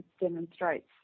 demonstrates